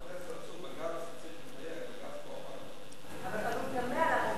צריך לדייק, הבג"ץ לא אמר את זה.